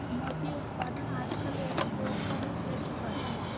मोती उत्पादन आजकल एक उद्योग का रूप ले चूका है